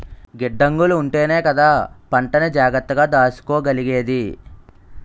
గిడ్డంగులుంటేనే కదా పంటని జాగ్రత్తగా దాసుకోగలిగేది?